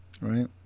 Right